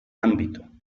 ámbito